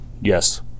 yes